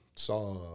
saw